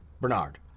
Bernard